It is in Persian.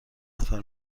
نفر